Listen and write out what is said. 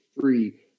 free